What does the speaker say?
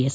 S